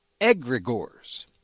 egregores